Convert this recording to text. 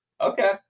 Okay